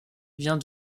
vient